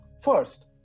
First